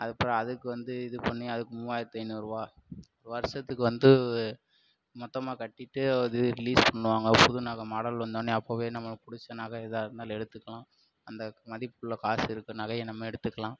அது அப்றம் அதுக்கு வந்து இது பண்ணி அதுக்கு மூவாயிரத்தி ஐநூறுபா வருஷத்துக்கு வந்து மொத்தமாக கட்டிவிட்டு அது ரிலீஸ் பண்ணுவாங்க புது நகை மாடல் வந்தோடனே அப்பவே நம்மளுக்கு பிடிச்ச நகை எதாக இருந்தாலும் எடுத்துக்கலாம் அந்த மதிப்புக்குள்ள காசு இருக்கு நகையை நம்ம எடுத்துக்கலாம்